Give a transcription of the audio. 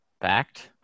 fact